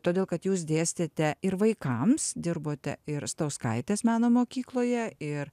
todėl kad jūs dėstėte ir vaikams dirbote ir stauskaitės meno mokykloje ir